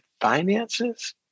finances